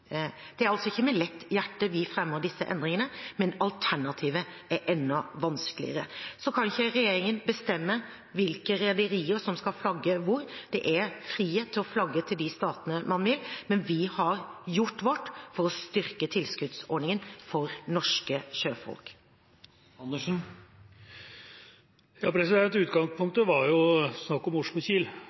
Det er ikke med lett hjerte vi fremmer disse endringene, men alternativet er enda vanskeligere. Regjeringen kan ikke bestemme hvilke rederier som skal flagge hvor, det er frihet til å flagge til de statene man vil, men vi har gjort vårt for å styrke tilskuddsordningen for norske sjøfolk. I utgangspunktet var det jo snakk om